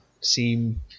seem